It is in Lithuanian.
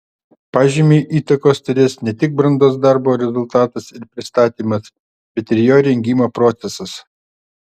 pažymiui įtakos turės ne tik brandos darbo rezultatas ir pristatymas bet ir jo rengimo procesas